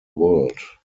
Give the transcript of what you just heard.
world